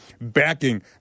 backing